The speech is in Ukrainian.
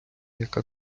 яка